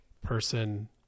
person